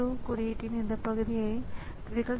அவை ஒவ்வொன்றிற்கும் அதன் தனிப்பட்ட கண்ட்ரோலர் உள்ளது